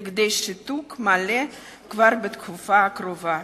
לכדי שיתוק מלא כבר בתקופה הקרובה.